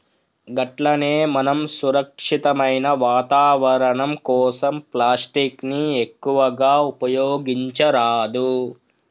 గట్లనే మనం సురక్షితమైన వాతావరణం కోసం ప్లాస్టిక్ ని ఎక్కువగా ఉపయోగించరాదు